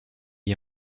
est